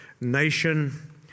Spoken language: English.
nation